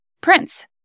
Prince